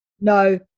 No